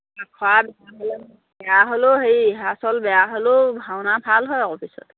বেয়া হ'লেও হেৰি ৰিহাৰ্চল বেয়া হ'লেও ভাওনা ভাল হয় আকৌ পিছত